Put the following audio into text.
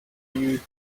you